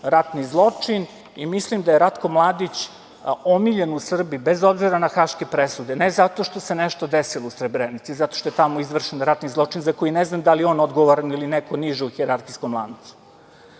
ratni zločin, i mislim da je Ratko Mladić, omiljen u Srbiji, bez obzira na haške presude, ne zato što se nešto desilo u Srebrenici, zato što je tamo izvršen ratni zločin, za koji ne znam da li je on odgovoran, ili neko niže u hijerarhijskom lancu,